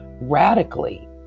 Radically